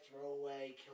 throwaway